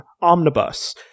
omnibus